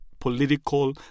political